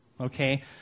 Okay